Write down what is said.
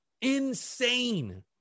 Insane